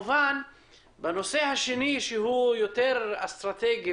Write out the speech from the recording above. בנושא השני, שהוא יותר אסטרטגי